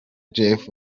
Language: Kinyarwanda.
jeff